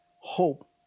Hope